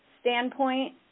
standpoint